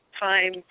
time